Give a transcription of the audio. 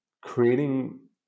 creating